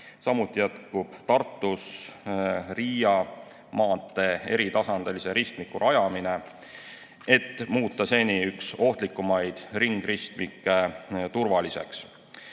Samuti jätkub Tartus Riia maantee eritasandilise ristmiku rajamine, et muuta seni üks ohtlikumaid ringristmikke turvaliseks.